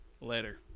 Later